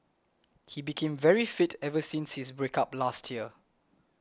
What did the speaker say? he became very fit ever since his break up last year